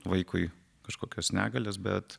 vaikui kažkokios negalios bet